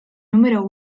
número